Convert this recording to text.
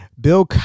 Bill